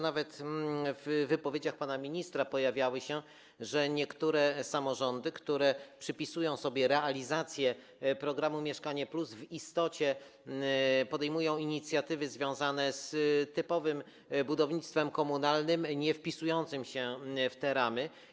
Nawet w wypowiedziach pana ministra pojawiały się informacje, że niektóre samorządy, które przypisują sobie realizację programu „Mieszkanie+”, w istocie podejmują inicjatywy związane z typowym budownictwem komunalnym, niewpisującym się w te ramy.